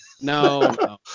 No